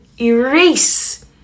erase